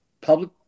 public